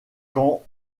quand